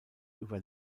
über